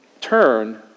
turn